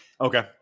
okay